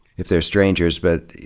if they're strangers, but.